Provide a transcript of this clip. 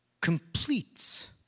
completes